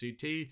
CT